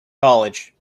college